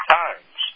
times